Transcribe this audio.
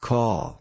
Call